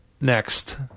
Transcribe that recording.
next